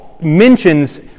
Mentions